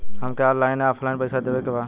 हमके ऑनलाइन या ऑफलाइन पैसा देवे के बा?